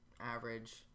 average